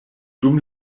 dum